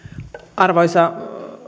arvoisa